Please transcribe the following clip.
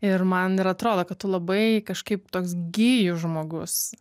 ir man ir atrodo kad tu labai kažkaip toks gijų žmogus